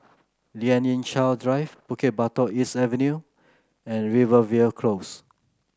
Lien Ying Chow Drive Bukit Batok East Avenue and Rivervale Close